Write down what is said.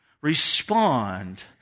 respond